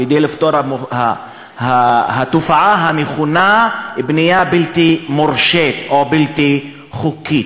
כדי לפתור את התופעה המכונה בנייה בלתי מורשית או בנייה בלתי חוקית.